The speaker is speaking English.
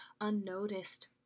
unnoticed